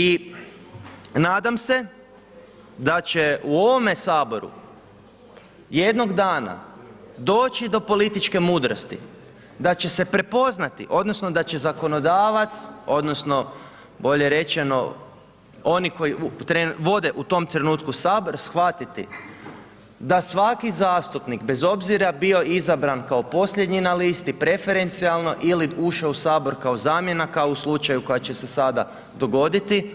I nadam se da će u ovome Saboru jednoga dana doći do političke mudrosti da će se prepoznati odnosno da će zakonodavac odnosno bolje rečeno oni koji vode u tom trenutku Sabor shvatiti da svaki zastupnik bez obzira bio izabran kao posljednji na listi preferencijalno ili ušao u Sabor kao zamjena kao u slučaju koji će se sada dogoditi